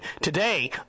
Today